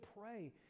pray